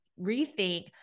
rethink